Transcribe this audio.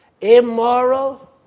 immoral